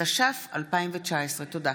התש"ף 2019. תודה.